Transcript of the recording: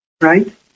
right